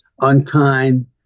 unkind